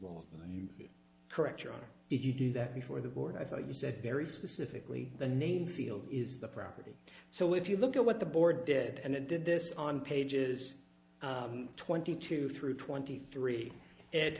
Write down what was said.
most correct your honor did you do that before the board i thought you said very specifically the name field is the property so if you look at what the board did and it did this on pages twenty two through twenty three